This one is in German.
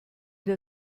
der